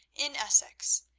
in essex,